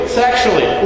sexually